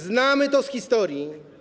Znamy to z historii.